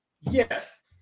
Yes